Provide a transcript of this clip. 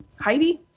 Heidi